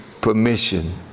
permission